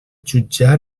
jutjar